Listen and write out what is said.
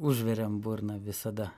užveriam burną visada